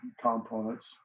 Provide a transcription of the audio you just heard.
components